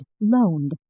loaned